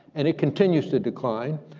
and it continues to decline,